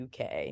UK